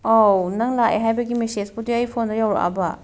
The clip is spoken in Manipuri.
ꯑꯥꯎ ꯅꯪ ꯂꯥꯛꯑꯦ ꯍꯥꯏꯕꯒꯤ ꯃꯦꯁꯦꯁꯄꯨꯗꯤ ꯑꯩꯒꯤ ꯐꯥꯟꯗ ꯌꯥꯎꯔꯛꯑꯕ